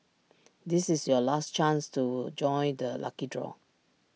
this is your last chance to join the lucky draw